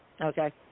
Okay